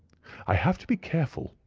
i have to be careful,